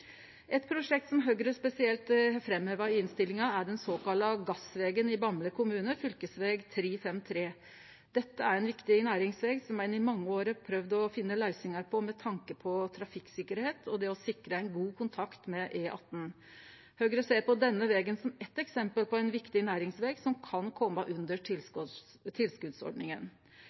Eit prosjekt som Høgre spesielt har framheva i innstillinga, er den såkalla gassvegen i Bamble kommune, fv. 353. Dette er ein viktig næringsveg som ein i mange år har prøvd å finne løysingar på med tanke på trafikksikkerheit og det å sikre ein god kontakt med E18. Høgre ser på denne vegen som eit eksempel på ein viktig næringsveg som kan kome under tilskotsordninga.